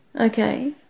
Okay